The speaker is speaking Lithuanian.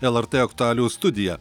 lrt aktualijų studija